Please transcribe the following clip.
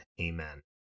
Amen